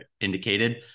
indicated